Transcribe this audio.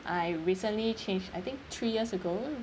I recently change I think three years ago